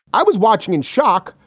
i was watching in shock,